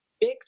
Big